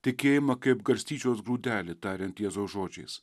tikėjimą kaip garstyčios grūdelį tariant tiesos žodžiais